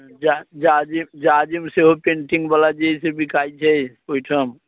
जा जाजिम जाजिम सेहो पेन्टिङ्ग बला जे अइ से बिकाइत छै ओहिठाम